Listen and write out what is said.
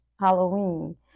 Halloween